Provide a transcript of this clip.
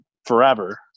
forever